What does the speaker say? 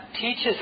teaches